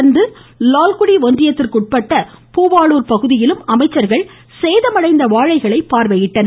தொடர்ந்து லால்குடி ஒன்றியத்திற்குட்பட்ட பூவாளுர் பகுதியிலும் அமைச்சர்கள் சேதமடைந்த வாழைகளை பார்வையிட்டனர்